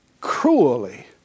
cruelly